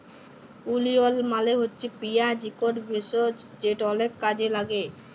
ওলিয়ল মালে হছে পিয়াঁজ ইকট ভেষজ যেট অলেক কাজে ল্যাগে